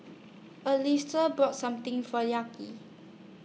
Alysia bought Something For Lucky